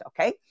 Okay